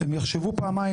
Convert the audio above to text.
הם יחשבו פעמיים,